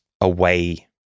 away